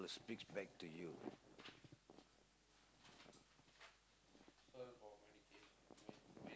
speaks back to you